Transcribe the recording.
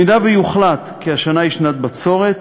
אם יוחלט כי השנה היא שנת בצורת,